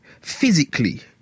physically